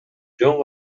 жөн